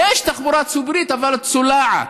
יש תחבורה ציבורית, אבל צולעת,